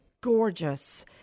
gorgeous